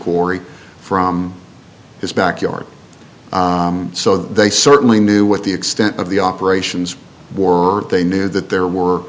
quarry from his backyard so they certainly knew what the extent of the operations were they knew that there were